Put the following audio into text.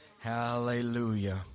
Hallelujah